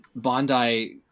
Bandai